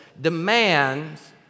demands